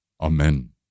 Amen